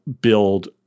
build